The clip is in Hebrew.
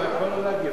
הוא יכול לא להגיב.